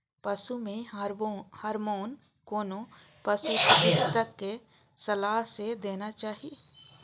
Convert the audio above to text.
पशु मे हार्मोन कोनो पशु चिकित्सक के सलाह सं देना चाही